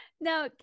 Now